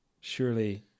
surely